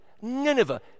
Nineveh